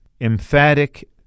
emphatic